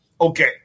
Okay